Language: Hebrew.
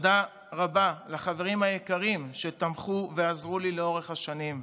תודה רבה לחברים היקרים שתמכו ועזרו לי לאורך השנים.